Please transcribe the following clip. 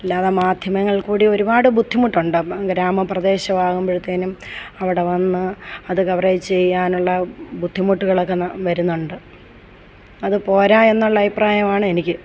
അല്ലാതെ മാധ്യമങ്ങളിൽ കുടി ഒരുപാട് ബുദ്ധിമുട്ടുണ്ട് അങ്ങ് ഗ്രാമപ്രദേശമാകുമ്പോഴത്തേനും അവിടെ വന്നു അതു കവർ ചെയ്യാനുള്ള ബുദ്ധിമുട്ടുകളൊക്കെ വരുന്നുണ്ട് അതു പോരാ എന്നുള്ള അഭിപ്രായമാണ് എനിക്ക്